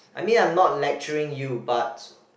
I mean I'm not lecturing you but